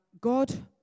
God